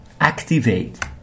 Activate